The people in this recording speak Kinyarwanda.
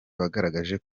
bagaragaje